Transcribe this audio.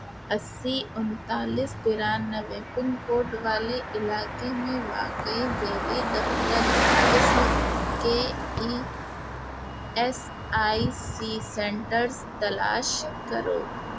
اسی انتالیس ترانوے پنکوڈ والے علاقے میں واقع ذیلی دفتر قسم کے E S I C centres تلاش کرو